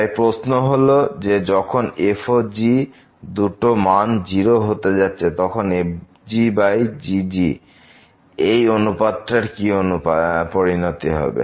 তাই প্রশ্ন হল যে যখন f ও g দুটো মান 0 হতে যাচ্ছে তখন f xg এই অনুপাতটার কি পরিণতি হবে